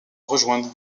rejoindre